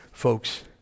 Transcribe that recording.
Folks